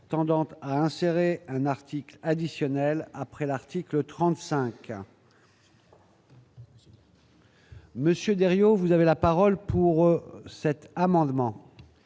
tendant à insérer un article additionnel après l'article 35. Monsieur Deriot vous avez la parole pour eux, cet amendement.